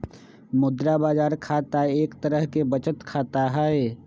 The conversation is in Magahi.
मुद्रा बाजार खाता एक तरह के बचत खाता हई